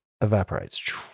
evaporates